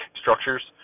structures